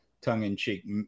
tongue-in-cheek